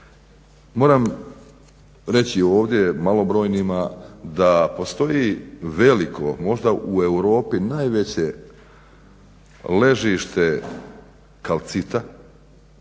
moram reći ovdje malobrojnima da postoji veliko možda u Europi najveće ležište kalcita